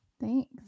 Thanks